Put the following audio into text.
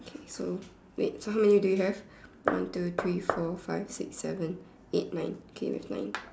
okay so wait so how many do we have one two three four five six seven eight nine okay we have nine